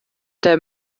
der